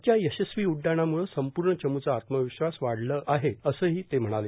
आजच्या यशस्वी उड्डाणामुळे संपूर्ण चमूचा आत्मविश्वास वाढला आहे असंही ते म्हणाले